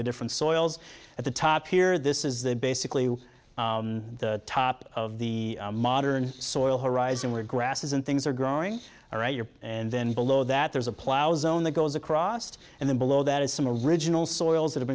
the different soils at the top here this is the basically the top of the modern soil horizon where grasses and things are growing or a year and then below that there's a plow zone that goes across it and then below that is some original soils that have